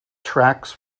tracks